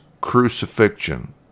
crucifixion